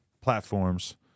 platforms